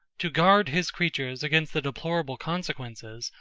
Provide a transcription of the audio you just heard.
to guard his creatures against the deplorable consequences,